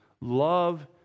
Love